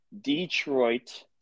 Detroit